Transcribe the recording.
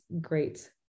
great